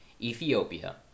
Ethiopia